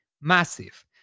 massive